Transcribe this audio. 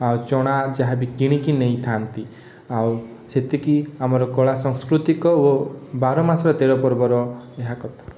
ଆଉ ଚଣା ଯାହା ବି କିଣିକି ନେଇଥାଆନ୍ତି ଆଉ ସେତିକି ଆମର କଳା ସଂସ୍କୃତିକ ଓ ବାର ମାସରେ ତେର ପର୍ବର ଏହା କଥା